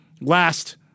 Last